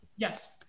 Yes